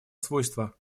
свойства